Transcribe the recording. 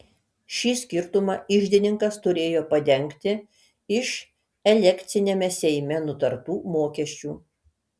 šį skirtumą iždininkas turėjo padengti iš elekciniame seime nutartų mokesčių